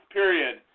period